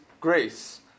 grace